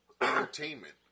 entertainment